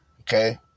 Okay